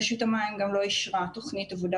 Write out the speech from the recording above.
רשות המים גם לא אישרה תוכנית עבודה